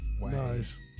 Nice